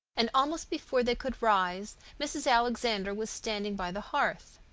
and almost before they could rise mrs. alexander was standing by the hearth.